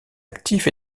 actif